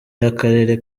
y’akarere